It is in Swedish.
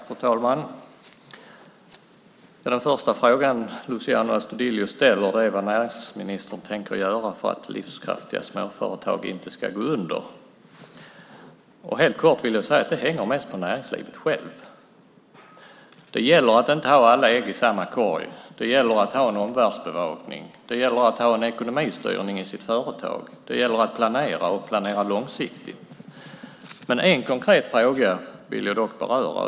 Fru talman! Den första fråga Luciano Astudillo ställer är vad näringsministern tänker göra för att livskraftiga småföretag inte ska gå under. Helt kort vill jag säga att det hänger mest på näringslivet självt. Det gäller att inte ha alla ägg i samma korg. Det gäller att ha en omvärldsbevakning. Det gäller att ha en ekonomistyrning i sitt företag. Det gäller att planera och planera långsiktigt. En konkret fråga vill jag dock beröra.